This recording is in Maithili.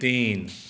तीन